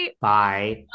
Bye